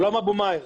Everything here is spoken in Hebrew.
שלום אבו מאהר.